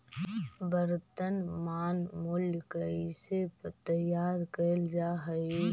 वर्तनमान मूल्य कइसे तैयार कैल जा हइ?